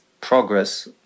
progress